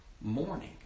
morning